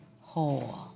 whole